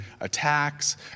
attacks